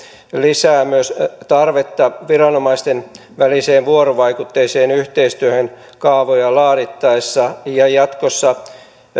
lisää myös tarvetta viranomaisten väliseen vuorovaikutteiseen yhteistyöhön kaavoja laadittaessa ja jatkossa